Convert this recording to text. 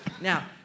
Now